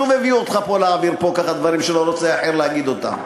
שוב הביאו אותך לפה להעביר פה ככה דברים שאחר לא רוצה להגיד אותם.